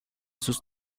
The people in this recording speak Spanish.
sus